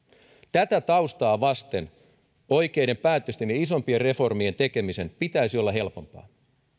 tätä taustaa vasten oikeiden päätösten ja isompien reformien tekemisen pitäisi olla helpompaa